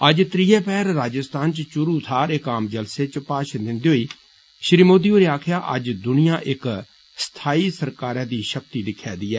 अज्ज त्रीयै पैहर राजस्थान च चुरु थाहर इक आम जलसे च भाशण दिन्दे होई श्री मोदी होरें आक्खेआ अज्ज दुनिया इक स्थाई सरकारै दी षक्ति दिक्खै दी ऐ